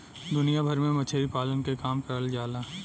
दुनिया भर में मछरी पालन के काम करल जाला